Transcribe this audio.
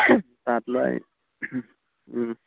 তাত লয়